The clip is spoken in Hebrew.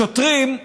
השוטרים,